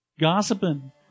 gossiping